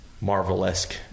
Marvel-esque